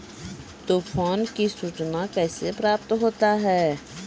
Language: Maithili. तुफान की सुचना कैसे प्राप्त होता हैं?